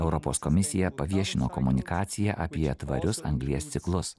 europos komisija paviešino komunikacija apie tvarius anglies ciklus